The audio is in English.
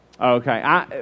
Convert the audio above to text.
okay